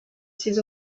ces